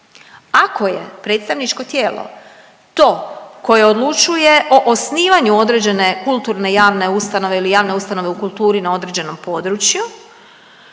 Ako je predstavničko tijelo to koje odlučuje o osnivanju određene kulturne javne ustanove ili javne ustanove u kulturi na određenom području